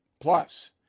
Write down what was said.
Plus